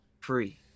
free